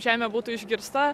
žemė būtų išgirsta